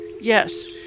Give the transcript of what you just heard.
Yes